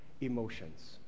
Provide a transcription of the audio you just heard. emotions